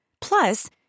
Plus